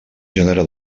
gènere